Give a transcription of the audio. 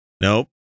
nope